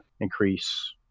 increase